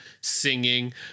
singing